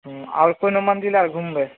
हुँ आओर कोनो मन्दिर आओर घुमबै